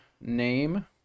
name